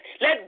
Let